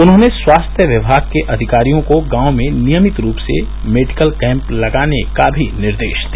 उन्होंने स्वास्थ्य विभाग के अधिकारियों को गांव में नियमित रूप र्स मेडिकल कैम्य लगाने के भी निर्देश दिया